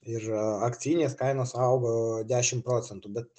ir akcijinės kainos augo dešim procentų bet